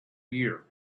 year